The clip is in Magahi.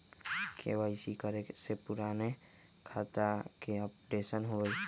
के.वाई.सी करें से पुराने खाता के अपडेशन होवेई?